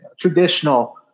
traditional